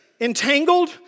entangled